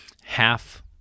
half